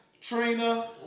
Trina